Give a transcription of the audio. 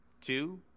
two